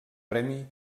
premi